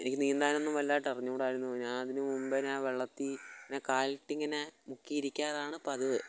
എനിക്ക് നീന്താനൊന്നും വലുതായിട്ടറിഞ്ഞുകൂടായിരുന്നു ഞാനതിന് മുമ്പെ ഞാന് വെള്ളത്തില് ഇങ്ങനെ കാലിട്ടിങ്ങനെ മുക്കി ഇരിക്കാറാണ് പതിവ്